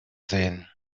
sehen